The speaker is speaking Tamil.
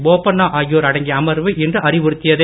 போபண்ணா ஆகியோர் அடங்கிய அமர்வு இன்று அறிவுறுத்தியது